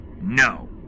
No